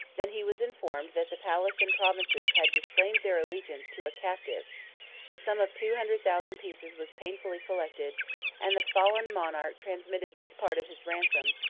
than he was informed that the palace and provinces had disclaimed their allegiance to a captive a sum of two hundred thousand pieces was painfully collected and the fallen monarch transmitted this part of his ransom,